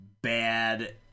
bad